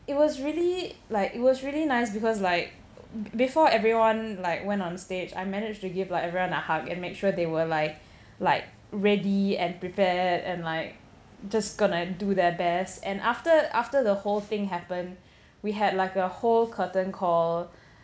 it was really like it was really nice because like before everyone like went on stage I managed to give like everyone a hug and make sure they were like like ready and prepared and like just gonna do their best and after after the whole thing happened we had like a whole curtain call